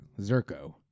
Zerko